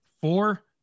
Four